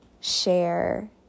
share